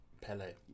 Pele